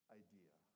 idea